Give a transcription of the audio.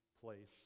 place